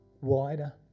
wider